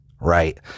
right